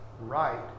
right